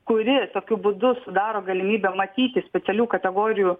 kuri tokiu būdu sudaro galimybę matyti specialių kategorijų